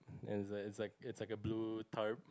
it's like it's like it's like a blue tub